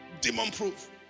demon-proof